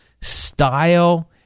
style